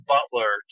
Butler